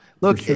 Look